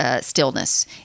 Stillness